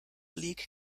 league